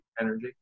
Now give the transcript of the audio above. energy